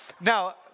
Now